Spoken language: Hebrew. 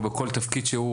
או בכל תפקיד שהוא,